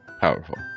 powerful